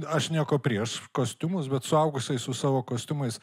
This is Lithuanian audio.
aš nieko prieš kostiumus bet suaugusiais su savo kostiumais